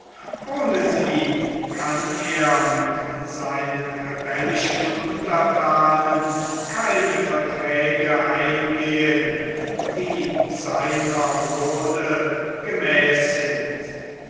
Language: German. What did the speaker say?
ohne sie kann er mit seinen rebellischen unterthanen keine verträge eingehen die seiner würde gemäß